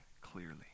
clearly